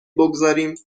بگذاریم